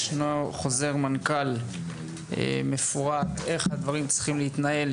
ישנו חוזר מנכ"ל מפורט איך הדברים צריכים להתנהל